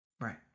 Right